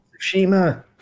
Shima